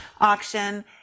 auction